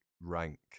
rank